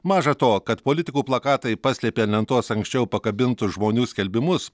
maža to kad politikų plakatai paslėpė ant lentos anksčiau pakabintus žmonių skelbimus